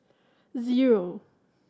zero